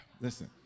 Listen